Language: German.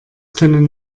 können